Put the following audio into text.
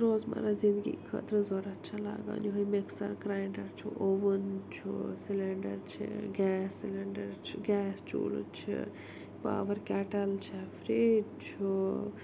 روزمرٕ زِنٛدگی خٲطرٕ ضروٗرت چھ لَگان یِہَے مِکسَر گرٛاینٛڈر چھُ اَووُن چھُ سِلینٛڈر چھِ گیس سِلینٛڈر چھِ گیس چوٗلہٕ چھِ پاوَر کیٚٹَل چھَ فرٛج چھُ